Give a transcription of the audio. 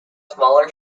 smaller